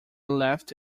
left